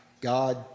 God